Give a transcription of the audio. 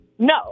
No